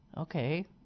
Okay